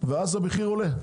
ואז המחיר עולה.